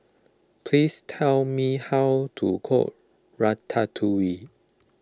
please tell me how to cook Ratatouille